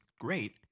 great